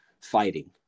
fighting